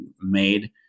made